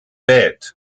bed